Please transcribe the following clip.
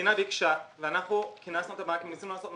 המדינה ביקשה ואנחנו כינסנו את